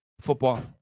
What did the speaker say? football